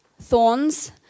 thorns